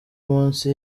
munsi